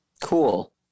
Cool